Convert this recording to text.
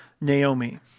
Naomi